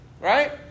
Right